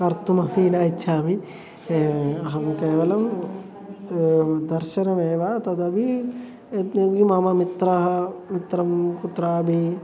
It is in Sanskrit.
कर्तुमपि न इच्छामि अहं केवलं दर्शनमेव तदपि यद् किमपि मम मित्राणि मित्रं कुत्रापि